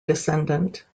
descendant